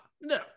no